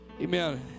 Amen